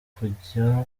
kujya